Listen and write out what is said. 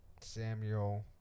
Samuel